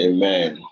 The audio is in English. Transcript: Amen